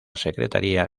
secretaría